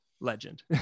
legend